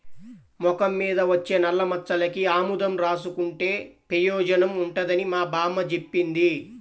మొఖం మీద వచ్చే నల్లమచ్చలకి ఆముదం రాసుకుంటే పెయోజనం ఉంటదని మా బామ్మ జెప్పింది